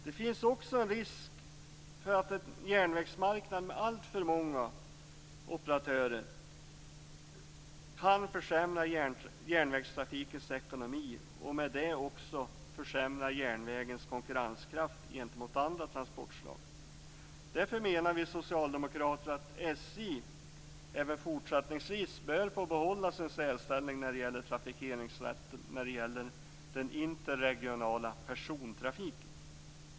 Det finns också en risk för att en järnvägsmarknad med alltför många operatörer kan försämra järnvägstrafikens ekonomi och i och med det försämra järnvägens konkurrenskraft gentemot andra transportslag. Därför menar vi socialdemokrater att SJ även i fortsättningen bör få behålla sin särställning när det gäller trafikeringsrätten för den interregionala persontrafiken.